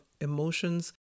emotions